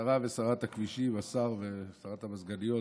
השרה ושרת הכבישים, השר ושרת המזגניות,